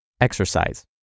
exercise